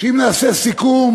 אם נעשה סיכום